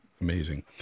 amazing